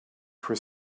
for